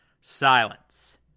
Silence